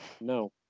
No